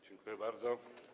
Dziękuję bardzo.